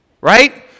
right